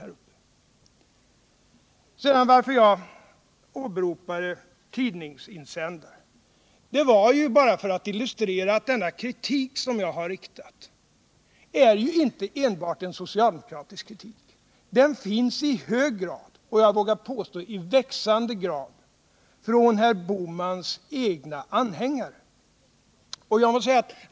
Anledningen till att jag åberopade tidningsinsändare var ju bara att jag ville illustrera att den kritik som jag har framfört inte enbart kommer från socialdemokratiskt håll. Den kommer i hög grad, och jag vågar påstå i växande grad, från herr Bohmans egna anhängare.